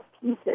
pieces